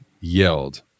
yelled